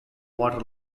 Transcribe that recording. water